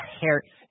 Harry